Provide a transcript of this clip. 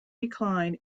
decline